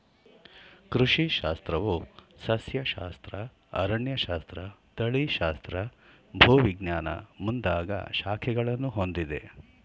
ಕೃಷಿ ಶಾಸ್ತ್ರವು ಸಸ್ಯಶಾಸ್ತ್ರ, ಅರಣ್ಯಶಾಸ್ತ್ರ, ತಳಿಶಾಸ್ತ್ರ, ಭೂವಿಜ್ಞಾನ ಮುಂದಾಗ ಶಾಖೆಗಳನ್ನು ಹೊಂದಿದೆ